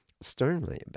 sternly